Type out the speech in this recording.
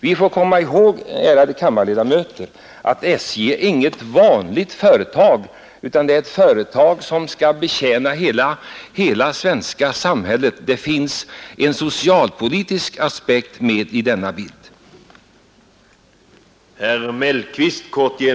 Vi får komma ihåg, ärade kammarledamöter, att SJ inte är något vanligt företag utan ett företag som skall betjäna hela det svenska samhället; saken har alltså även en socialpolitisk aspekt, som inte får bortses ifrån.